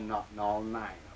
nothing all night